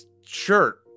shirt